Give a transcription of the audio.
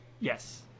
Yes